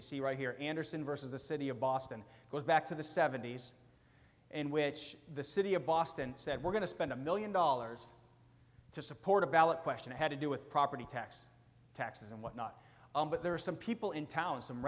you see right here anderson versus the city of boston goes back to the seventy's and which the city of boston said we're going to spend a one million dollars to support a ballot question had to do with property tax taxes and what not but there are some people in town